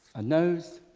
a nose